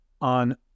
on